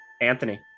Anthony